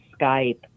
Skype